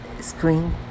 screen